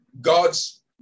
God's